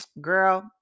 girl